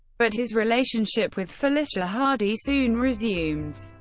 but his relationship with felicia hardy soon resumes.